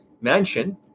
mansion